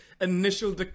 initial